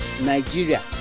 Nigeria